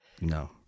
No